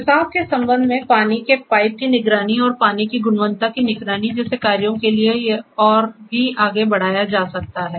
रिसाव के संबंध में पानी के पाइप की निगरानी और पानी की गुणवत्ता की निगरानी जैसे कार्यों के लिए और भी आगे बढ़ाया जा सकता है